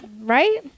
Right